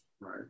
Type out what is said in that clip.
Right